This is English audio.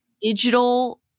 digital